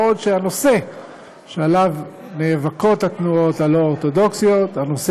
מה גם שהנושא שעליו התנועות הלא-אורתודוקסיות נאבקות,